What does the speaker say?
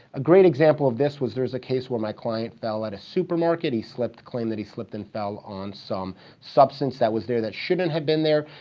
a great example of this was there was a case where my client fell at a supermarket. he claimed that he slipped and fell on some substance that was there that shouldn't have been there.